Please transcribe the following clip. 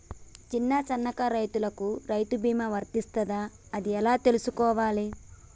చిన్న సన్నకారు రైతులకు రైతు బీమా వర్తిస్తదా అది ఎలా తెలుసుకోవాలి?